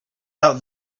out